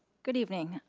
good evening.